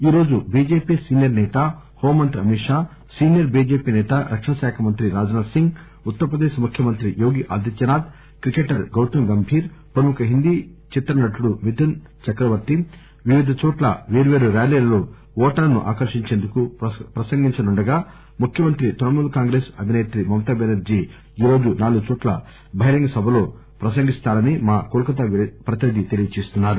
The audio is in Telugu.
ఈరోజు చీజేపీ సీనియర్ సేత హోంమంత్రి అమిత్ షా సీనియర్ బీజేపీ సేత రక్షణ శాఖ మంత్రి రాజ్ నాథ్ సింగ్ ఉత్తరప్రదేశ్ ముఖ్యమంత్రి యోగి ఆదిత్యానాథ్ క్రికెటర్ గౌతం గంభీర్ ప్రముఖ హిందీ చిత్ర నటుడు మిథున్ చక్రవర్తి వివిధ చోట్ల పేర్వేరు ర్యాలీలలో ఓటర్ ను ఆకర్షించేందుకు ప్రసంగించనుండగా ముఖ్యమంత్రి తృణమూల్ కాంగ్రెస్ అధిసేత్రి మమతా టెనర్డీ ఈరోజు నాలుగుచోట్ల బహిరంగ సభల్లో ప్రసంగిస్తారని మా కోల్ కతా ప్రతినిధి తెలియజేస్తున్నారు